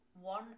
one